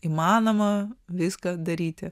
įmanoma viską daryti